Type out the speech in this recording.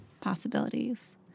possibilities